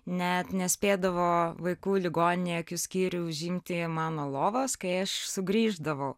net nespėdavo vaikų ligoninė akių skyriuj užimti mano lovos kai aš sugrįždavau